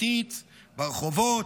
והחברתית ברחובות,